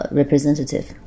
representative